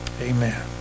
Amen